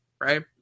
right